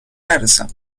نرسم